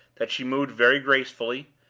that she moved very gracefully,